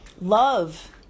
Love